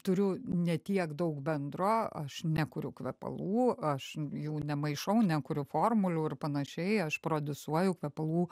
turiu ne tiek daug bendro aš nekuriu kvepalų aš jų nemaišau nekuriu formulių ir panašiai aš prodiusuoju kvepalų